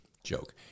Joke